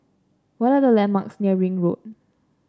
what are the landmarks near Ring Road